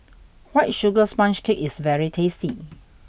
white sugar sponge cake is very tasty